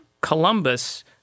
Columbus